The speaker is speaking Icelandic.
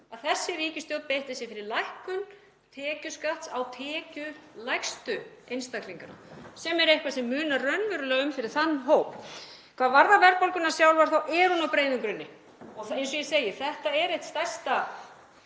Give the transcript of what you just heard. að þessi ríkisstjórn beitti sér fyrir lækkun tekjuskatts á tekjulægstu einstaklingana sem er eitthvað sem munar raunverulega um fyrir þann hóp. Hvað varðar verðbólguna sjálfa þá er hún á breiðum grunni. Eins og ég segi, þetta er eitt stærsta